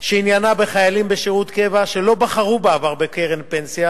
שעניינה חיילים בשירות קבע שלא בחרו בעבר בקרן פנסיה